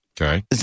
Okay